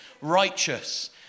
righteous